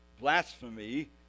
blasphemy